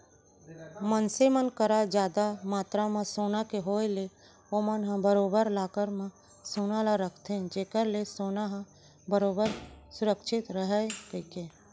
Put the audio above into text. मनसे मन करा जादा मातरा म सोना के होय ले ओमन ह बरोबर लॉकर म सोना ल रखथे जेखर ले सोना ह बरोबर सुरक्छित रहय कहिके